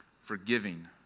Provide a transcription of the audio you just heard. forgiving